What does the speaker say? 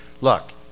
Look